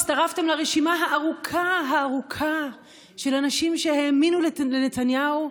הצטרפתם לרשימה הארוכה-ארוכה של אנשים שהאמינו לנתניהו,